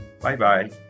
Bye-bye